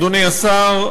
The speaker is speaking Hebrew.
אדוני השר,